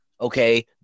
okay